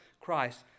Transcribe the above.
Christ